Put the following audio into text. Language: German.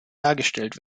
dargestellt